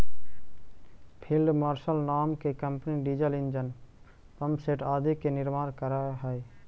field marshal नाम के कम्पनी डीजल ईंजन, पम्पसेट आदि के निर्माण करऽ हई